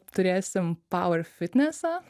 turėsim pauver fitnesą